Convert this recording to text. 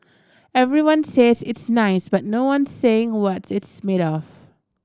everyone says it's nice but no one saying what it's made of